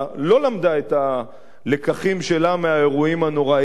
את הלקחים שלה מהאירועים הנוראיים האלה,